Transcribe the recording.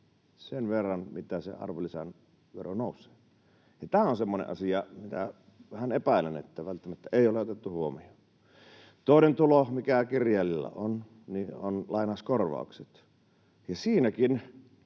sen verran, mitä se arvonlisävero nousee. Tämä on semmoinen asia, mitä vähän epäilen, että välttämättä ei ole otettu huomioon. Toinen tulo, mikä kirjailijalla on, on lainauskorvaukset, ja siinäkin